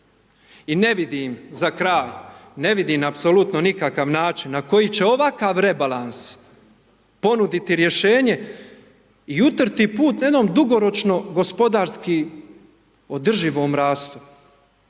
I ne vidim, za kraj, ne vidim apsolutno nikakav način na koji će ovakav rebalans ponuditi rješenje i utrti put na jedno dugoročno gospodarski održivom rastu,